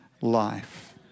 life